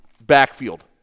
backfield